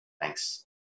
Thanks